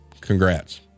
Congrats